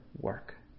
work